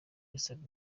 yasabye